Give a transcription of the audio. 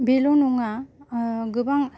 बेल' नङा गोबां